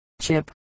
chip